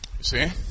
see